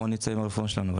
בואו נצא עם הרפורמה שלנו.